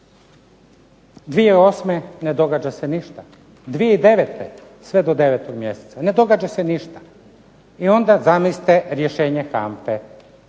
2008. ne događa se ništa, 2009. sve do 9. mjeseca ne događa se ništa i onda zamislite rješenje